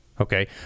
Okay